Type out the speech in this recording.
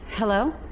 Hello